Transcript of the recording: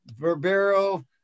Verbero